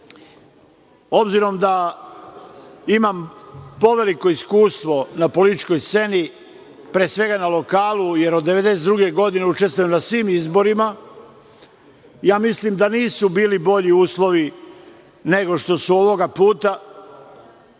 da imam poveliko iskustvo na političkoj sceni, pre svega na lokalu, jer od 1992. godine učestvujem na svim izborima, ja mislim da nisu bili bolji uslovi nego što su ovoga puta